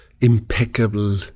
impeccable